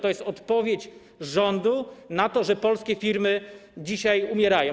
To jest odpowiedź rządu na to, że polskie firmy dzisiaj umierają.